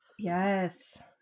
Yes